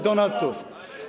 Donald Tusk.